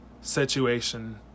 situation